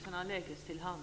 Fru talman!